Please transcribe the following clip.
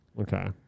Okay